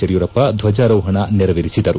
ಯಡಿಯೂರಪ್ಪ ದ್ವಜಾರೋಹಣ ನೆರವೇರಿಸಿದರು